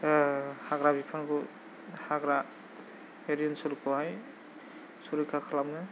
हाग्रा बिफांखौ हाग्रा रेन्जफोरखौहाय संरैखा खालामनो